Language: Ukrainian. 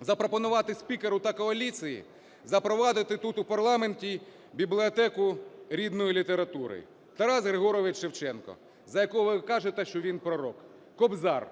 запропонувати спікеру та коаліції запровадити тут, у парламенті, бібліотеку рідної літератури. Тарас Григорович Шевченко, за якого ви кажете, що він пророк, "Кобзар"